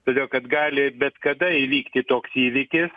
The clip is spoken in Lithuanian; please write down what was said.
todėl kad gali bet kada įvykti toks įvykis